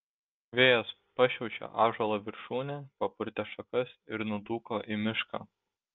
vėjas pašiaušė ąžuolo viršūnę papurtė šakas ir nudūko į mišką